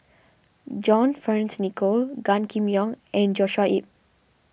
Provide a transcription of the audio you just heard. John Fearns Nicoll Gan Kim Yong and Joshua Ip